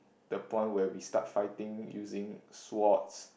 the point where we start fighting using swords